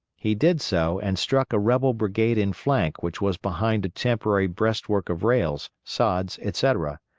he did so and struck a rebel brigade in flank which was behind a temporary breastwork of rails, sods, etc.